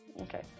Okay